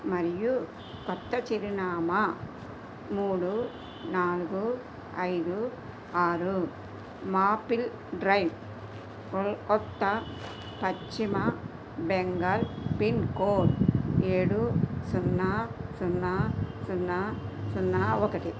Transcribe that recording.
మరియు కొత్త చిరునామా మూడు నాలుగు ఐదు ఆరు maple drive Kolkata Paschim Bengal pin code ఏడు సున్నా సున్నా సున్నా సున్నా ఒకటి